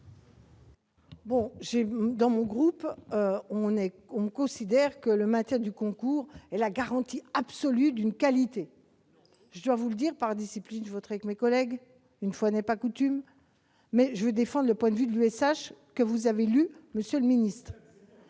auquel j'appartiens considère que le maintien du concours est la garantie absolue de qualité. Par discipline, je voterai comme mes collègues, une fois n'est pas coutume. Mais je veux défendre le point de vue de l'USH, que vous avez lu, monsieur le ministre.